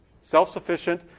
Self-sufficient